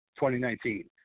2019